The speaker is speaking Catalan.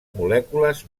molècules